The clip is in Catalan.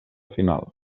final